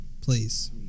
Please